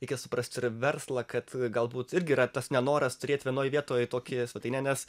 reikia suprast ir verslą kad galbūt irgi yra tas nenoras turėti vienoje vietoj tokią svetainę nes